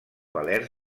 valer